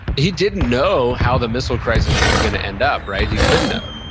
he didn't know how the missile crisis was going to end up. right? he couldn't know.